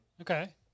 Okay